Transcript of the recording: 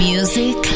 Music